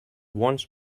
once